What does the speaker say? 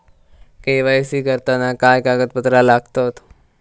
KYC करताना काय कागदपत्रा लागतत?